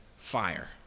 Fire